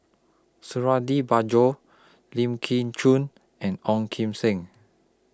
Suradi Parjo Lim Koon Chun and Ong Kim Seng